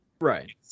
Right